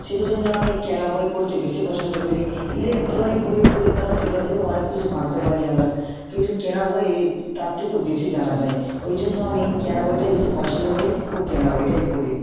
সেই জন্য আমি কেনা বই পড়তে বেশি পছন্দ করি ইলেকট্রনিক বইও পড়ি কারণ সেগুলো থেকেও অনেক কিছু জানতে পারি আমরা কিন্তু কেনা বইয়ে তার থেকেও বেশি জানা যায় ওই জন্য আমি কেনা বইটাই বেশি পছন্দ করি ও কেনা বইটাই পড়ি